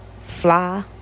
fly